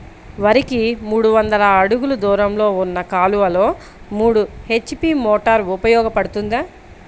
వరికి మూడు వందల అడుగులు దూరంలో ఉన్న కాలువలో మూడు హెచ్.పీ మోటార్ ఉపయోగపడుతుందా?